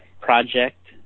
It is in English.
project